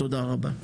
תודה רבה.